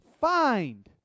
find